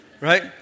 right